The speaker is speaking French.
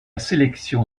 sélection